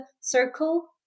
circle